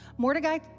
Mordecai